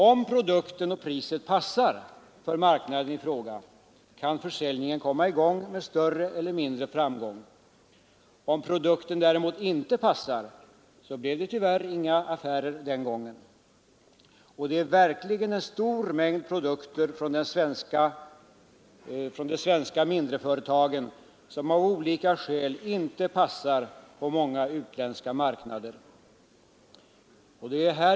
Om produkten och priset passar för marknaden i fråga kan försäljningen komma i gång med större eller mindre framgång. Om produkten däremot inte passar, så blir det tyvärr inga affärer den gången och det är verkligen en stor mängd produkter från de mindre företagen i Sverige som av olika skäl inte passar på många utländska marknader.